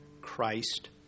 Christ